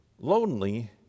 lonely